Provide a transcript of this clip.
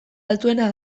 altuena